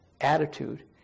attitude